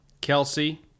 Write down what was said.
Kelsey